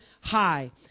high